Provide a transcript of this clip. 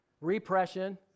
repression